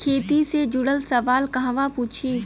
खेती से जुड़ल सवाल कहवा पूछी?